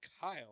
Kyle